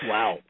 Wow